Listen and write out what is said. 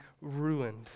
ruined